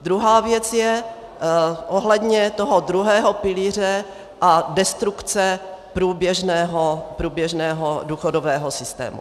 Druhá věc je ohledně toho druhého pilíře a destrukce průběžného důchodového systému.